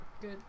Good